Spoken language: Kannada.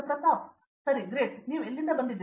ಪ್ರತಾಪ್ ಹರಿದಾಸ್ ಸರಿ ಗ್ರೇಟ್ ಮತ್ತು ನೀವು ಎಲ್ಲಿಂದ ಬಂದಿದ್ದೀರಿ